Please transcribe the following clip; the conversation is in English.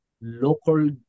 local